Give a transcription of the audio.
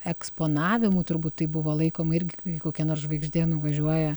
eksponavimu turbūt tai buvo laikoma irgi kokia nors žvaigždė nuvažiuoja